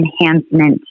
enhancement